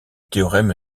théorème